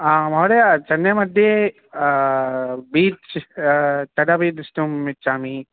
महोदय चन्नैमध्ये बीच् तदपि द्रष्टुम् इच्छामि